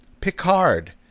Picard